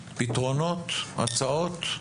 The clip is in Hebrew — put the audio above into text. פתרונות, הצעות?